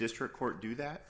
district court do that